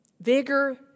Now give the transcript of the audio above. vigor